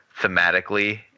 thematically